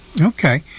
Okay